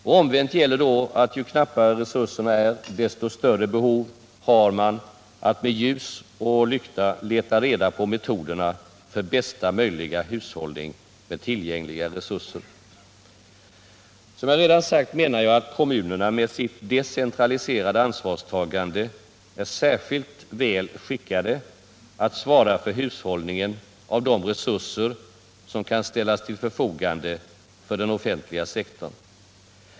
Och omvänt gäller att ju knappare resurserna är, desto större behov har man att med ljus och lykta leta reda på metoderna för bästa möjliga hushållning med tillgängliga resurser. Som jag redan sagt menar jag att kommunerna med sitt decentraliserade ansvarstagande är särskilt väl skickade att svara för hushållningen med de resurser som kan ställas till förfogande för den offentliga sektorn.